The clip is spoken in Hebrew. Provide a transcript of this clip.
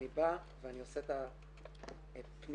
אתה עשית את זה.